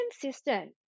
consistent